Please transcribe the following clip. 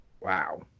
Wow